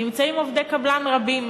נמצאים עובדי קבלן רבים